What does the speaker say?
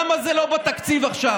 למה זה לא בתקציב עכשיו?